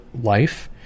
life